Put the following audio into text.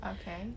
Okay